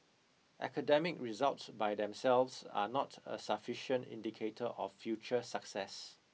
academic results by themselves are not a sufficient indicator of future success